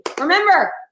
Remember